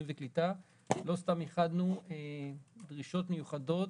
וקליטה לא סתם ייחדנו דרישות מיוחדות.